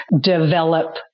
develop